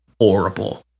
horrible